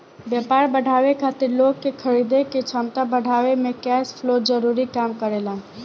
व्यापार बढ़ावे खातिर लोग के खरीदे के क्षमता बढ़ावे में कैश फ्लो जरूरी काम करेला